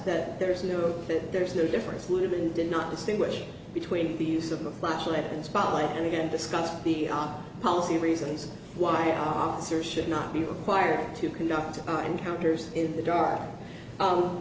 that there is no there is no difference live and did not distinguish between the use of the flashlight and spotlight and again discuss the policy reasons why officers should not be required to conduct encounters in the dark